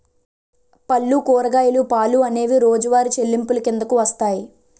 పళ్ళు కూరగాయలు పాలు అనేవి రోజువారి చెల్లింపులు కిందకు వస్తాయి